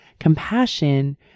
Compassion